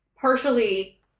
partially